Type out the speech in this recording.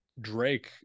drake